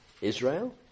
Israel